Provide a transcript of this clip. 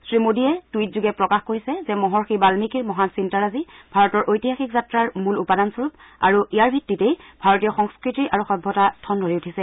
শ্ৰীমোদীয়ে টুইটযোগে প্ৰকাশ কৰিছে যে মহৰ্ষি বান্মীকি মহান চিন্তাৰাজি ভাৰতৰ ঐতিহাসিক যাত্ৰাৰ মূল উপাদান স্বৰূপ আৰু ইয়াৰ ওপৰত ভিত্তি কৰিয়েই ভাৰতীয় সংস্কৃতি আৰু সভ্যতা ঠন ধৰি উঠিছে